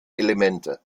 elemente